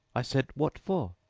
i said what for?